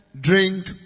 drink